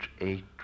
eight